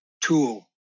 tool